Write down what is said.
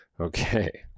Okay